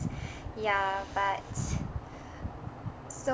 ya but so